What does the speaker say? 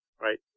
Right